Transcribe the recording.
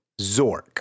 Zork